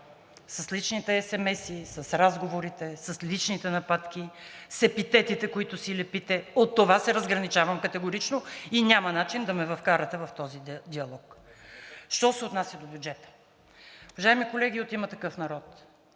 с личните есемеси, с разговорите, с личните нападки, с епитетите, които си лепите. От това се разграничавам категорично и няма начин да ме вкарате в този диалог. Що се отнася до бюджета. Уважаеми колеги от „Има такъв народ“,